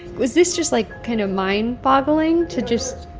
was this just, like, kind of mind-boggling to just.